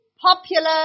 popular